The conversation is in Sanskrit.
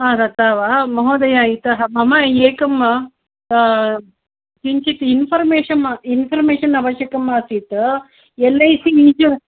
आगता वा महोदया इतः मम एकम् किञ्चित् इन्फ़र्मेशम् इन्फ़र्मेशन् आवश्यकमासीत् येल् ऐ सी इन्श्यु